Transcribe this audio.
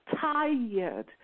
tired